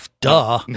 duh